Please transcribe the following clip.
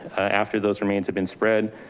after those remains have been spread.